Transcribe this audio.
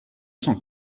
cent